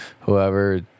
whoever